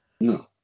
no